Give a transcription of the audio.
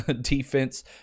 defense